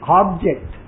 object